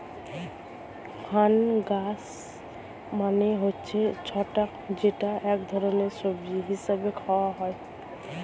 fungus মানে হচ্ছে ছত্রাক যেটা এক ধরনের সবজি হিসেবে খাওয়া হয়